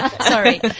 sorry